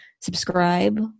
Subscribe